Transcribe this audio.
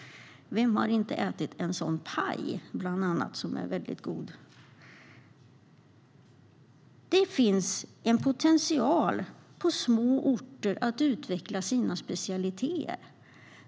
Vem har inte ätit en paj gjord på sådan ost? Den är väldigt god. Det finns en potential på små orter att utveckla sina specialiteter.